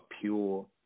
pure